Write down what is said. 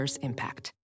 impact